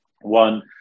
one